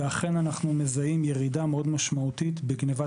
ואנחנו אכן מזהים ירידה מאוד משמעותית בגנבת